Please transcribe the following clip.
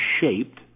shaped